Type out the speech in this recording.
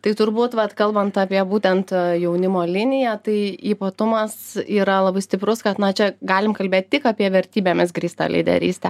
tai turbūt vat kalbant apie būtent jaunimo liniją tai ypatumas yra labai stiprus kad na čia galim kalbėt tik apie vertybėmis grįstą lyderystę